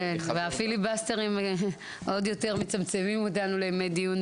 כן, עוד יותר מצמצמים אותנו לימי דיון